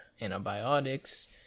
antibiotics